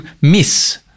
miss